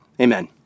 Amen